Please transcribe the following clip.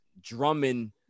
Drummond